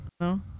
no